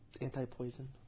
Anti-poison